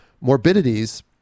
morbidities